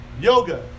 Yoga